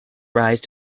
rise